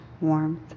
warmth